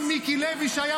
אני מנסה ------ יש עתיד,